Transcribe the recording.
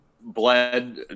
bled